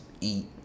eat